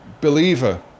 believer